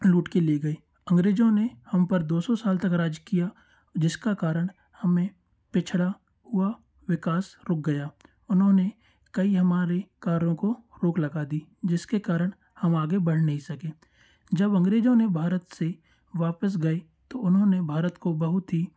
लूट के ले गए अंग्रेज़ों ने हम पर दो सौ साल तक राज्य किया जिसका कारण हमें पिछड़ा हुआ विकास रुक गया उन्होंने कई हमारे कार्यों को रोक लगा दी जिस के कारण हम आगे बढ़ नहीं सके जब अंग्रेज़ों ने भारत से वापस गए तो उन्होंने भारत को बहुत ही